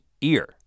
ear